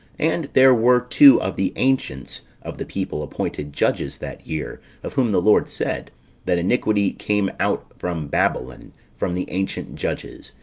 and there were two of the ancients of the people appointed judges that year, of whom the lord said that iniquity came out from babylon, from the ancient judges,